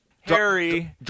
harry